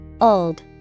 Old